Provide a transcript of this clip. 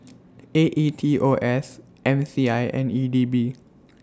A E T O S M C I and E D B